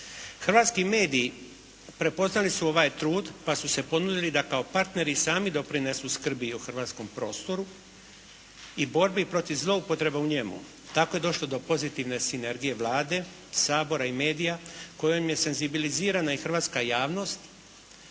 Hrvatski mediji prepoznali su ovaj trud pa su se ponudili da kao partneri sami doprinesu skrbi o hrvatskom prostoru i borbi protiv zloupotrebe u njemu. Tako je došlo do pozitivne sinergije Vlade, Sabora i medija kojim je senzibilizirana i hrvatska javnost,